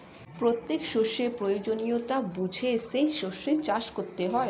প্রত্যেক শস্যের প্রয়োজনীয়তা বুঝে সেই শস্য চাষ করতে হয়